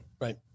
Right